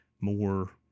more